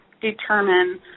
determine